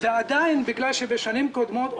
ועדיין בגלל שבשנים קודמות נעשו יותר הקדמות,